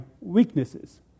weaknesses